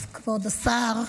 כבוד השר,